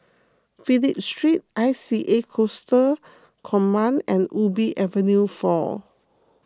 Phillip Street I C A Coastal Command and Ubi Avenue four